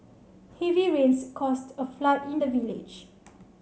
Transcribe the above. heavy rains caused a flood in the village